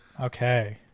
Okay